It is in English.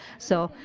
so,